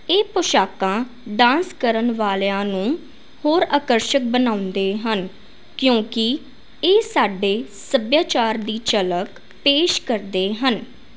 ਇਹ ਪੋਸ਼ਾਕਾਂ ਡਾਂਸ ਕਰਨ ਵਾਲਿਆਂ ਨੂੰ ਹੋਰ ਆਕਰਸ਼ਕ ਬਣਾਉਂਦੇ ਹਨ ਕਿਉਂਕਿ ਇਹ ਸਾਡੇ ਸੱਭਿਆਚਾਰ ਦੀ ਝਲਕ ਪੇਸ਼ ਕਰਦੇ ਹਨ